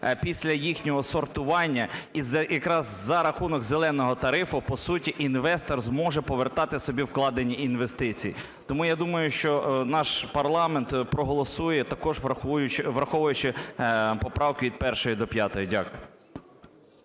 після їхнього сортування, якраз за рахунок "зеленого" тарифу, по суті, інвестор зможе повертати собі вкладені інвестиції. Тому я думаю, що наш парламент проголосує, також враховуючи поправки від 1-ї до 5-ї. Дякую.